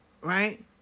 Right